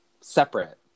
separate